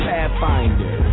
Pathfinder